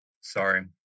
Sorry